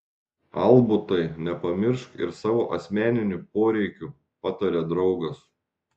albutai nepamiršk ir savo asmeninių poreikių patarė draugas